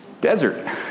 desert